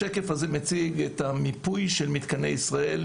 השקף הזה מציג את המיפוי של מתקני ישראל